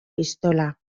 pistola